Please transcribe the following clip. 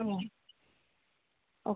हो ओके